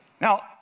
Now